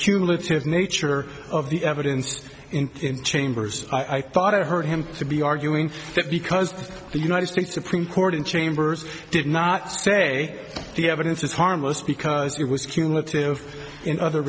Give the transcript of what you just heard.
cumulative nature of the evidence in chambers i thought i heard him to be arguing that because the united states supreme court in chambers did not say the evidence is harmless because it was cumulative in other